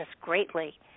greatly